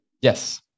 Yes